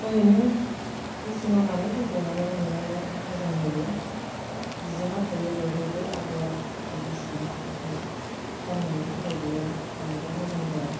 ओरैनो मेसिनाव दानायफोरखौ माने नुनायाव मोजां नुयो दिजाइनआ थायो बेवहायबो आगर बायदिसिना नाथाय गाननायनि थाखाय बेयो बांद्राय मोजां जाया